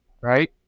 Right